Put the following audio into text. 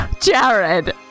Jared